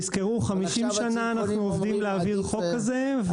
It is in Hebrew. תזכרו, 50 שנה אנחנו עובדים להעביר חוק כזה.